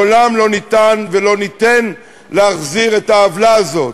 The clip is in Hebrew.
לעולם לא ניתַן ולא ניתֵן להחזיר את העוולה הזאת.